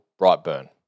Brightburn